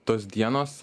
tos dienos